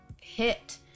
hit